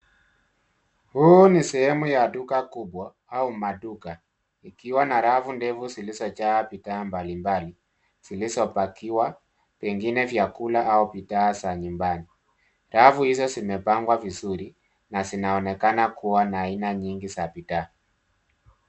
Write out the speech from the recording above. Huu ni sehemu ya duka kubwa au maduka ikiwa na rafu ndevu zilizojaa bidhaa mbalimbali zilizopakiwa pengine vyakula au bidhaa za nyumbani ,rafu hizo zimepangwa vizuri na zinaonekana kuwa na aina nyingi za bidhaa.